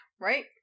Right